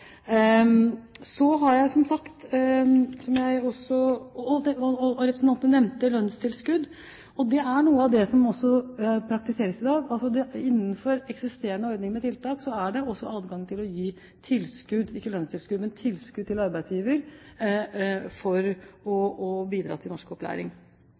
nevnte lønnstilskudd. Det er noe som også praktiseres i dag. Innenfor eksisterende ordninger med tiltak er det også adgang til å gi tilskudd – ikke lønnstilskudd – til arbeidsgiver for å bidra til norskopplæring. Jeg vil bare avslutte med å si at vi har altså til vurdering mer generelt om det er behov for egen opplæring